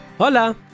Hola